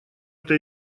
это